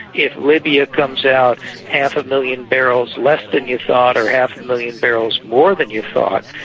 if libya comes out half a million barrels less than you thought or half a million barrels more than you thought,